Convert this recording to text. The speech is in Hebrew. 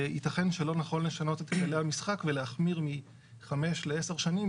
ייתכן שלא נכון לשנות את כללי המשחק ולהחמיר מ 5 ל 10 שנים,